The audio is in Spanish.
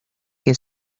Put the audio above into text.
que